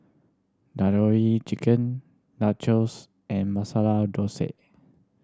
Tandoori Chicken Nachos and Masala Dosai